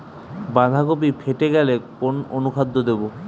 বাঁধাকপি ফেটে গেলে কোন অনুখাদ্য দেবো?